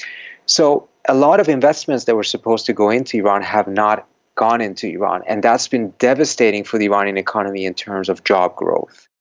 so a lot of investments that were supposed to go into iran have not gone into iran, and that's been devastating for the iranian economy in terms of job growth.